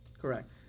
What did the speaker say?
correct